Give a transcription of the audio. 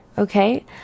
okay